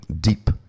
deep